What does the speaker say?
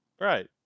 right